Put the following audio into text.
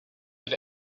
that